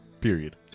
Period